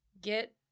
...get